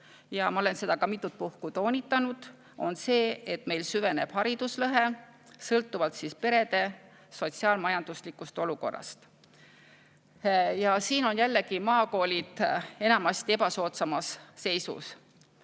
ja ma olen seda ka mitut puhku toonitanud –, on see, et meil süveneb hariduslõhe sõltuvalt perede sotsiaal-majanduslikust olukorrast. Siin on jällegi maakoolid enamasti ebasoodsamas seisus.